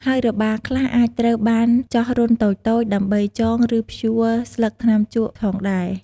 ហើយរបារខ្លះអាចត្រូវបានចោះរន្ធតូចៗ ដើម្បីចង ឬព្យួរស្លឹកថ្នាំជក់ផងដែរ។